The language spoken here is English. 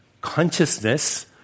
consciousness